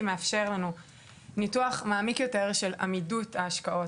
מאפשר לנו ניתוח מעמיק יותר של עמידות ההשקעות.